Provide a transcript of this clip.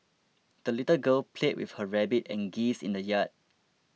the little girl played with her rabbit and geese in the yard